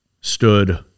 stood